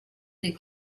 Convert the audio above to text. des